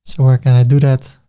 so where can i do that?